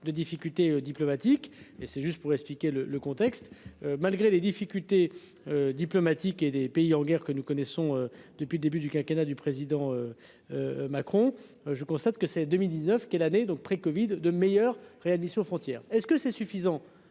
de difficulté diplomatique et c'est juste pour expliquer le le contexte malgré les difficultés. Diplomatiques et des pays en guerre que nous connaissons depuis le début du quinquennat du président. Macron. Je constate que ces 2019 quelle année donc prêts Covid de meilleure réalisation frontière, est-ce que c'est suffisant.